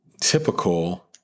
typical